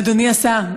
אדוני השר,